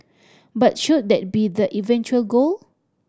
but should that be the eventual goal